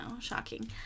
Shocking